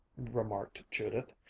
remarked judith,